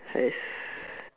!hais!